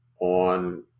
on